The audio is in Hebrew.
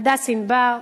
הדס ענבר,